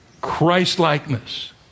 Christ-likeness